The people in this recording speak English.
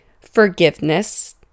Forgiveness